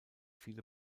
viele